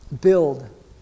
build